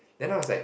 then I was like